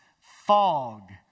fog